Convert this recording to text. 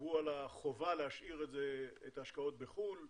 שדיברו על החובה להשאיר את ההשקעות בחו"ל,